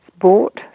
bought